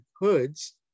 hoods